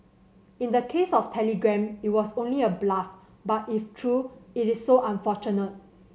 in the case of Telegram it was only a bluff but if true it is so unfortunate